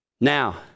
Now